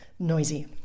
noisy